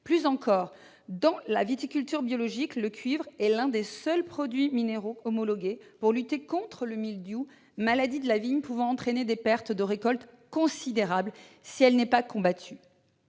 Plus encore, en viticulture biologique, le cuivre est l'un des seuls produits minéraux homologués pour lutter contre le mildiou, maladie de la vigne pouvant entraîner des pertes de récoltes considérables si elle n'est pas combattue.